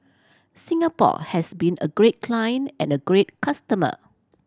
Singapore has been a great client and a great customer